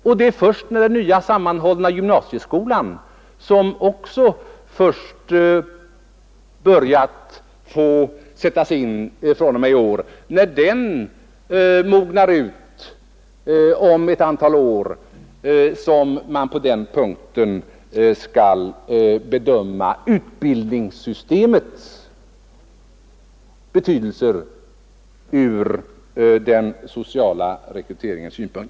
Och det är först när den nya sammanhållna gymnasieskolan, som började sättas in från och med i år, mognat ut om ett antal år som man kan bedöma utbildningssystemets betydelse från den sociala rekryteringssynpunkten.